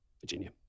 Virginia